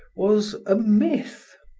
was a myth.